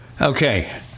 Okay